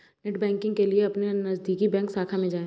net banking के लिए अपने नजदीकी बैंक शाखा में जाए